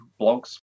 blogs